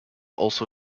also